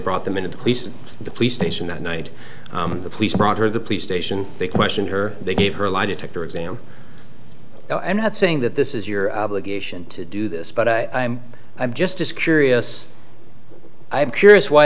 brought them in to the police and the police station that night the police brought her the police station they question her they gave her a lie detector exam i'm not saying that this is your obligation to do this but i'm i'm just curious i'm curious why